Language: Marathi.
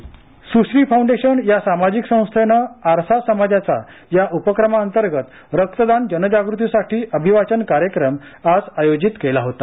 रक्तदान सुश्री फाऊंडेशन या सामाजिक संस्थेनं आरसा समाजाचा या उपक्रमाअंतर्गत रक्तदान जनजागृतीसाठी अभिवाचन कार्यक्रम आज आयोजित केला होता